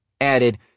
added